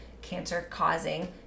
cancer-causing